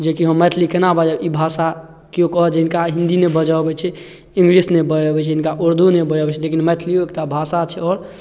जेकि हम मैथिली कोना बाजब ई भाषा केओ कहत जे हिनका हिन्दी नहि बाजऽ आबै छै इङ्गलिश नहि बाजऽ आबै छै हिनका उर्दू नहि बाजै आबै छै लेकिन मैथिलिओ एकटा भाषा छै आओर